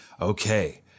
Okay